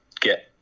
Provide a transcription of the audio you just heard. get